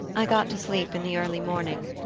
i got to sleep in the early morning.